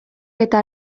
eta